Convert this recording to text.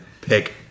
pick